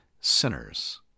sinners